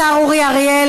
השר אורי אריאל,